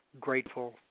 grateful